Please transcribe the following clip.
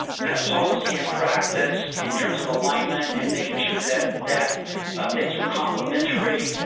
kind of policy and practice in terms of alignment and making sure that that things were complementary.